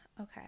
okay